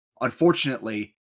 Unfortunately